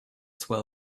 swell